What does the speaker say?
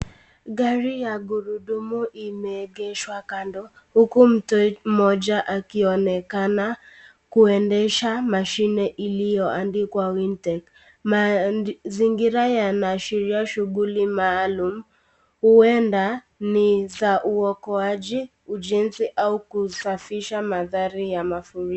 Gari ya gurudumu limeegeshwa kando huku mtu moja akionekana kuendesha mashine iliyoandikwa Wintech. Mazingira yanaashiria shughuli maalum, huenda ni za uokoaji, ujenzi au kusafisha mandhari ya mafuriko.